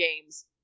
games